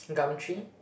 Gumtree